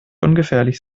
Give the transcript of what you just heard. ungefährlich